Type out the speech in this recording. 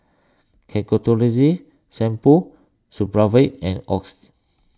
Ketoconazole Shampoo Supravit and Oxy